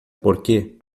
porque